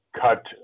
cut